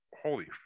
holy